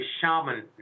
shaman